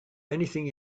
anything